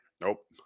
Nope